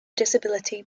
disability